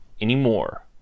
anymore